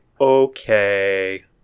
okay